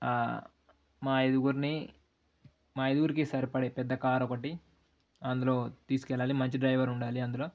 మా ఐదుగురిని మా ఐదుగురికి సరిపడే పెద్ద కార్ ఒకటి అందులో తీసుకు వెళ్ళాలి మంచి డ్రైవర్ ఉండాలి అందులో